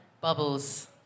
Bubbles